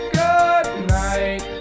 goodnight